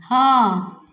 हँ